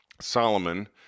Solomon